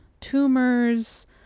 tumors